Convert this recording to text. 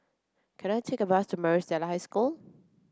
can I take a bus to Maris Stella High School